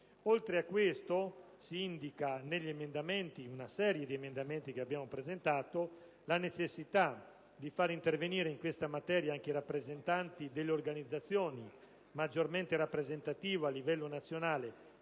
Oltre a ciò, in una serie di emendamenti che abbiamo presentato si indica la necessità di far intervenire in questa materia anche i rappresentanti delle organizzazioni maggiormente rappresentative a livello nazionale,